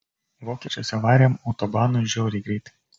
vokiečiuose varėm autobanu žiauriai greitai